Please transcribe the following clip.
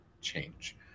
change